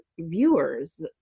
viewers